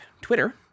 Twitter